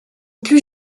plus